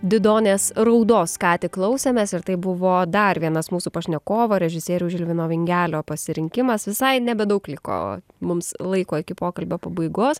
didonės raudos ką tik klausėmės ir tai buvo dar vienas mūsų pašnekovo režisieriaus žilvino vingelio pasirinkimas visai nebedaug liko mums laiko iki pokalbio pabaigos